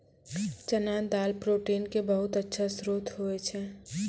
चना दाल प्रोटीन के बहुत अच्छा श्रोत होय छै